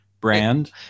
brand